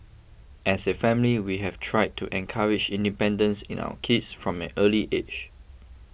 as a family we have tried to encourage independence in our kids from an early age